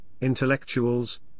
intellectuals